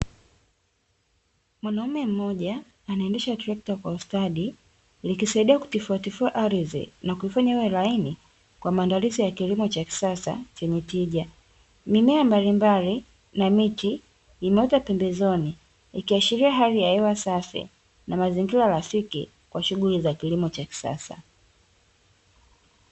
Mwanaume mmoja anaendesha trekta kwa ustadi, likisaidia kutifuatifua ardhi na kuifanya iwe laini kwa maandalizi ya kilimo cha kisasa chenye tija. Mimea mbalimbali na miti imeota pembezoni ikiashiria hali ya hewa safi na mazingira rafiki kwa shughuli za kilimo cha kisasa.